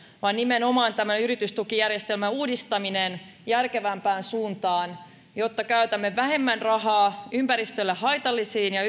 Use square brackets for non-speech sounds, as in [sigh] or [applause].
vaan nimenomaan tämän yritystukijärjestelmän uudistaminen järkevämpään suuntaan jotta käytämme vähemmän rahaa ympäristölle haitallisiin ja [unintelligible]